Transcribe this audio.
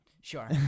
Sure